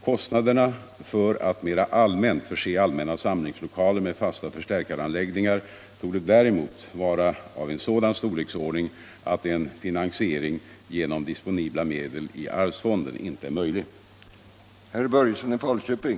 Kostnaderna för att mera allmänt förse allmänna samlingslokaler med fasta förstärkaranläggningar torde däremot vara av en sådan storleksordning att en finansiering genom disponibla medel i arvsfonden inte är möjlig.